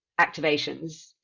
activations